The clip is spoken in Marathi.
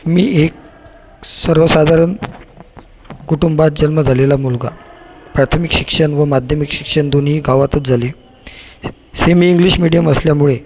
मी एक सर्वसाधारण कुटुंबात जन्म झालेला मुलगा प्राथमिक शिक्षण व माध्यमिक शिक्षण दोन्हीही गावातच झाले सेमी इंग्लिश मीडियम असल्यामुळे